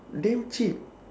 damn cheap